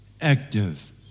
active